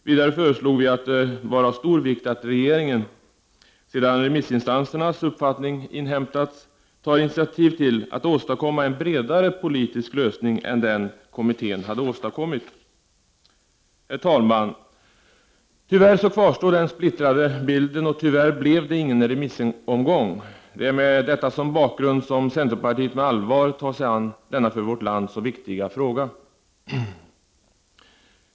Vidare tyckte vi att det var av stor vikt att regeringen, sedan remissinstansernas uppfattning inhämtats, tar initiativ till att åstadkomma en bredare politisk lösning än den kommittén åstadkommit. Herr talman! Tyvärr kvarstår den splittrade bilden, och tyvärr blev det ingen remissomgång. Det är med detta som bakgrund som centerpartiet med allvar tar sig an denna för vårt land så viktiga fråga.